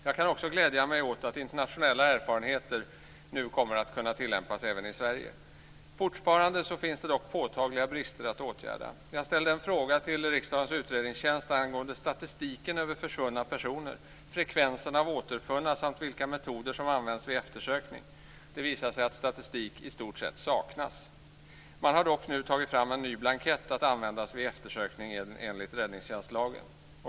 Jag kan också glädja mig åt att internationella erfarenheter nu kommer att kunna tillämpas även i Fortfarande finns det dock påtagliga brister att åtgärda. Jag ställde en fråga till riksdagens utredningstjänst angående statistiken över försvunna personer, frekvensen av återfunna samt vilka metoder som använts vid eftersökningen. Det visade sig att statistik i stort sett saknas. Man har dock nu tagit fram en ny blankett att användas vid eftersökning enligt räddningstjänstlagen.